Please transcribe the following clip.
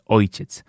ojciec